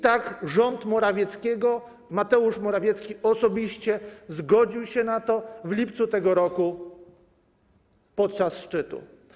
Tak, rząd Morawieckiego, Mateusz Morawiecki osobiście zgodził się na to w lipcu tego roku, podczas szczytu.